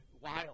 wild